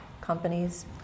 companies